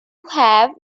have